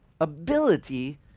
ability